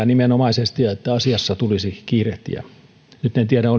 nimenomaisesti säätää ja että asiassa tulisi kiirehtiä nyt en tiedä